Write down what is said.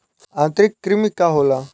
आंतरिक कृमि का होला?